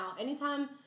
Anytime